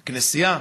כנסייה,